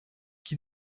qui